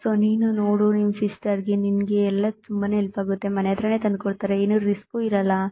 so ನೀನು ನೋಡು ನಿನ್ನ ಸಿಸ್ಟರಿಗೆ ನಿನಗೆ ಎಲ್ಲ ತುಂಬ ಎಲ್ಪಾಗುತ್ತೆ ಮನೆಯತ್ತಿರನೆ ತಂದುಕೊಡ್ತರೆ ಏನು ರಿಸ್ಕು ಇರಲ್ಲ